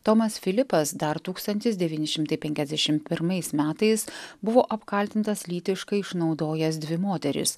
tomas filipas dar tūkstantis devyni šimtai penkiasdešimt pirmais metais buvo apkaltintas lytiškai išnaudojęs dvi moteris